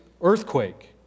earthquake